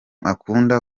akunda